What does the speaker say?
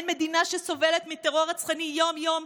אין מדינה שסובלת מטרור רצחני יום-יום,